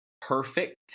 perfect